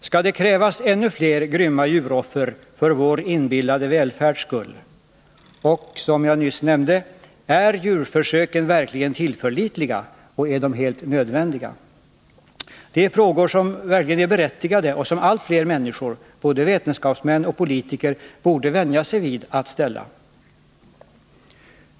Skall det krävas ännu fler grymma djuroffer för vår inbillade välfärds skull? Och — som jag nyss nämnde — är djurförsöken verkligen tillförlitliga? Och är de helt nödvändiga? Det är frågor som verkligen är berättigade och som allt fler människor — både vetenskapsmän och politiker — borde vänja sig vid att ställa.